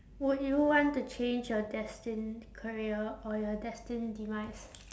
would you want to change your destined career or your destined demise